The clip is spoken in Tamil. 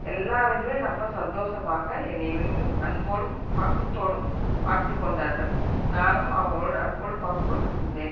எல்லாேருமே ரொம்ப சந்தோஷமாக என்னை மிகவும் அன்போடும் பாசத்தோடும் பார்த்துக் கொண்டார்கள் நானும் அவர்களோடு அன்போடு பாசத்தோடும் இருந்தேன்